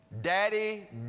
Daddy